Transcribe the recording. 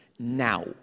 now